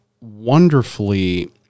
wonderfully